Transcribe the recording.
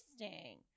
interesting